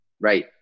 Right